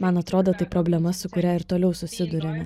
man atrodo tai problema su kuria ir toliau susiduriame